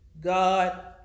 God